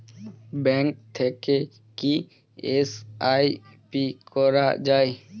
Bank থেকে কী SIP করা যাবে?